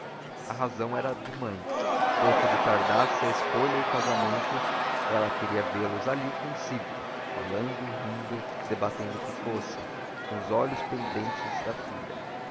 a razão era de mãe posto lhe tardasse a escolha e o casamento ela queria vê-los ali consigo falando rindo debatendo que fosse com os olhos pendentes da filha